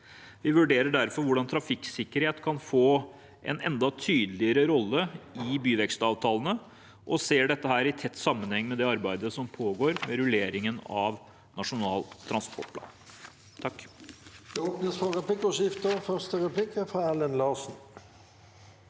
Vi vurderer derfor hvordan trafikksikkerhet kan få en enda tydeligere rolle i byvekstavtalene, og ser dette i tett sammenheng med det arbeidet som pågår med rulleringen av Nasjonal transportplan.